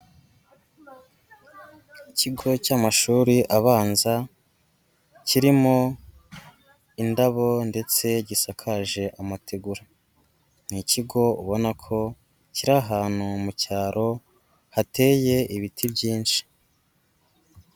Ikigo cy'amashuri abanza kirimo indabo ndetse gisakaje amategura, ni ikigo ubona ko kiri ahantu mu cyaro hateye ibiti byinshi.